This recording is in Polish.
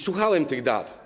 Słuchałem tych dat.